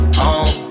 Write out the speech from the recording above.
home